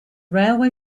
railway